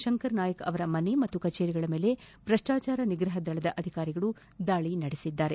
ಶಂಕರ್ ನಾಯಕ್ ಅವರ ಮನೆ ಮತ್ತು ಕಚೇರಿಗಳ ಮೇಲೆ ಭ್ರಷ್ಟಾಚಾರ ನಿಗ್ರಹ ದಳದ ಅಧಿಕಾರಿಗಳು ದಾಳಿ ನಡೆಸಿದರು